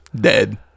Dead